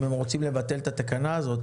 אם הם רוצים לבטל את התקנה הזאת,